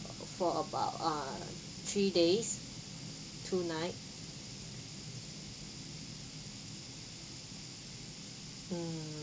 for about uh three days two night mm